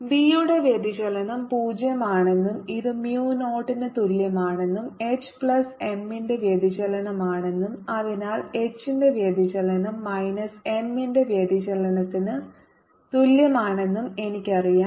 B യുടെ വ്യതിചലനം 0 ആണെന്നും ഇത് mu 0 ന് തുല്യമാണെന്നും H പ്ലസ് M ന്റെ വ്യതിചലനമാണെന്നും അതിനാൽ H ന്റെ വ്യതിചലനം മൈനസ് M ന്റെ വ്യതിചലനത്തിന് തുല്യമാണെന്നും എനിക്കറിയാം